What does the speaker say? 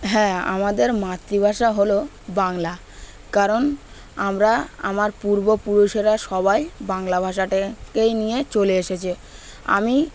হ্যাঁ আমাদের মাতৃভাষা হলো বাংলা কারণ আমরা আমার পূর্বপুরুষেরা সবাই বাংলা ভাষাটাকেই নিয়ে চলে এসেছে আমি